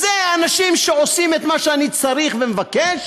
זה האנשים שעושים את מה שאני צריך ומבקש